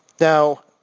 Now